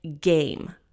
game